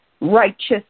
righteous